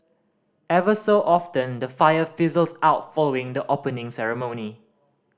ever so often the fire fizzles out following the Opening Ceremony